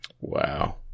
Wow